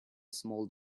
small